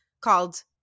called